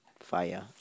fire